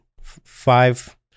five